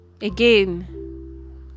again